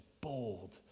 bold